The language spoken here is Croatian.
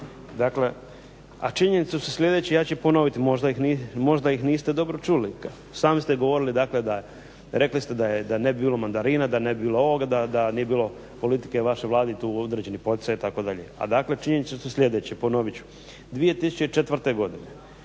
a činjenice su sljedeće, ja ću ih ponoviti možda ih niste dobro čuli. Sami ste govorili dakle da je, rekli ste da ne bi bilo mandarina, da ne bi bilo ovoga da nije bilo politike vaše Vlade i tu određenih poticaja itd. A dakle činjenice su sljedeće, ponovit ću. 2004. godine